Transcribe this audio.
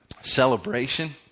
Celebration